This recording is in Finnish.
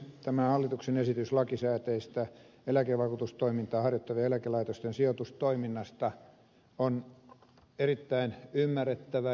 tämä hallituksen esitys lakisääteistä eläkevakuutustoimintaa harjoittavien eläkelaitosten sijoitustoiminnasta on erittäin ymmärrettävä